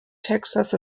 texas